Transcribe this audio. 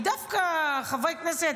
כי דווקא חברי הכנסת,